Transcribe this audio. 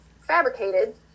fabricated